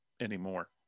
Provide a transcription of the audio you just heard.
anymore